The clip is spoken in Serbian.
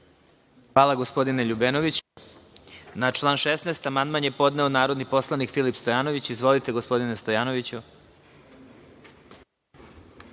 Hvala, gospodine Ljubenoviću. Na član 16. amandman je podneo narodni poslanik Filip Stojanović. Izvolite, gospodine Stojanoviću.